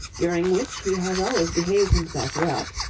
during which he has always behaved himself well,